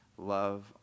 love